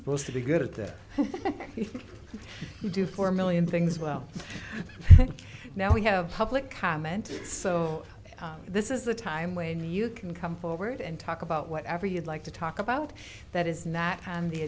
good to be good at that you do four million things well now we have public comment so this is the time when you can come forward and talk about whatever you'd like to talk about that is not on the